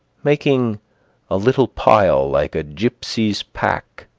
making a little pile like a gypsy's pack,